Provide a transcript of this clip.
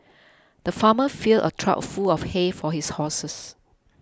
the farmer filled a trough full of hay for his horses